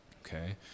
Okay